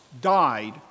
died